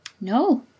No